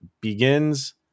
begins